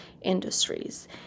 industries